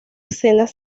escenas